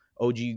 OG